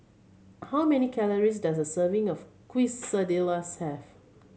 how many calories does a serving of Quesadillas have